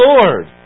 Lord